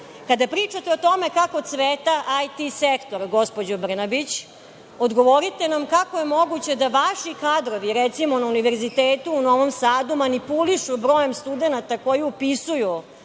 pričate o tome kako cveta IT sektor, gospođo Brnabić, odgovorite nam kako je moguće da vaši kadrovi, recimo, na Univerzitetu u Novom Sadu, manipulišu brojem studenata koje upisuju